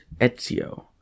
Ezio